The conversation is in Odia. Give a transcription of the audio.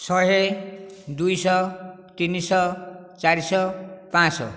ଶହେ ଦୁଇ ଶହ ତିନି ଶହ ଚାରି ଶହ ପାଞ୍ଚ ଶହ